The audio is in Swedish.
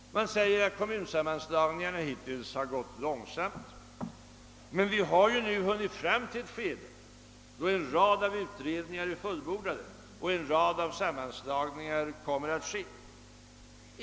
Man säger att kommunsammanslagningarna hittills har gått långsamt. Men vi har ju nu hunnit fram till ett skede då en rad utredningar är fullbordade och en rad sammanslagningar kommer att ske.